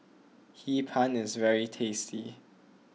Hee Pan is very tasty